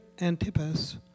Antipas